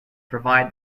provide